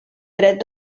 dret